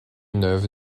neuve